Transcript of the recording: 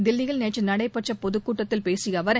தில்லியில் நேற்று நடைபெற்ற பொதுக் கூட்டத்தில் பேசிய அவர்